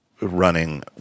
running